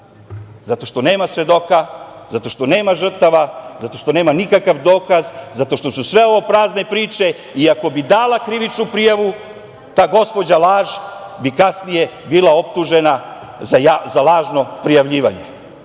Zato što nema svedoka, zato što nema žrtava, zato što nema nikakav dokaz, zato što su sve ovo prazne priče. Ako bi dala krivičnu prijavu, ta gospođa laž bi kasnije bila optužena za lažno prijavljivanje. Ona